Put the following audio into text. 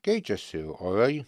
keičiasi orai